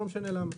ולא משנה למה.